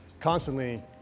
constantly